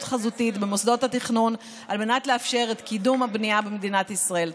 חזותית במוסדות התכנון על מנת לאפשר את קידום הבנייה במדינת ישראל.